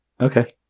Okay